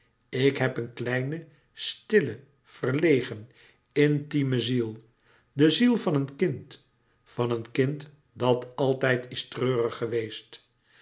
ik heb een kleine stille louis couperus metamorfoze verlegen intieme ziel de ziel van een kind van een kind dat altijd is treurig geweest